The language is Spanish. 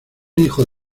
hijo